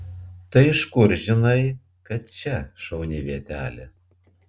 tai iš kur žinai kad čia šauni vietelė